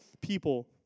people